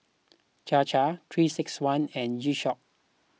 Chir Chir three six one and G Shock